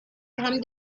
come